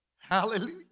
Hallelujah